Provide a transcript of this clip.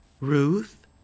Ruth